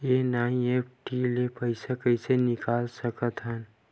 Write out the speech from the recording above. NEFT ले पईसा कइसे निकाल सकत हन?